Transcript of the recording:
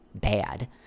bad